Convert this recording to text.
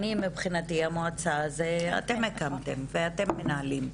מבחינתי המועצה זה אתם הקמתם ואתם מנהלים.